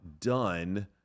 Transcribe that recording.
done